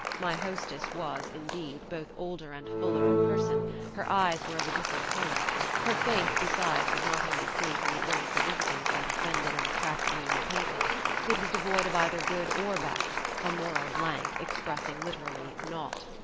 my hostess was, indeed, both older and fuller in person her eyes were of a different colour her face, besides, was not only free from the ill-significance that offended and attracted me in the painting it was devoid of either good or bad a moral blank expressing literally naught.